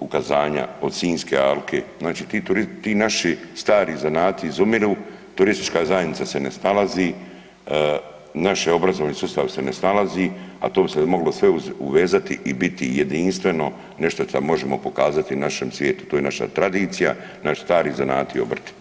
ukazanja od Sinjske alke znači ti naši stari zanati izumiru, turistička zajednica se ne snalazi, naš obrazovni sustav se ne snalazi, a to bi se moglo sve u vezati i biti jedinstveno nešto što možemo pokazati našem svijetu, to je naša tradicija, naši stari zanati i obrti.